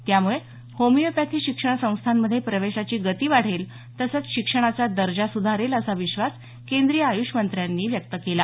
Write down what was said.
त्यामुळे होमिओपॅथी शिक्षण संस्थांमध्ये प्रवेशाची गती वाढेल तसंच शिक्षणाचा दर्जा सुधारेल असा विश्वास केंद्रीय आयुष मंत्र्यांनी व्यक्त केला